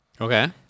Okay